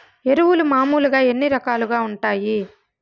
ఎరువులు మామూలుగా ఎన్ని రకాలుగా వుంటాయి?